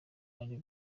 ari